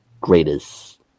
greatest